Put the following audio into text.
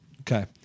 Okay